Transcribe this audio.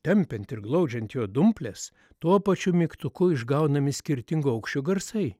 tempiant ir glaudžiant jo dumples tuo pačiu mygtuku išgaunami skirtingo aukščio garsai